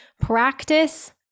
Practice